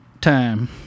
time